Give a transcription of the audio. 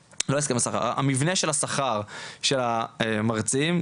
המבנה של השכר של המרצים,